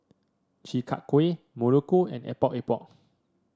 Chi Kak Kuih Muruku and Epok Epok